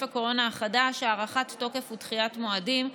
הקורונה החדש) (הארכת תוקף ודחיית מועדים),